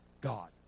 God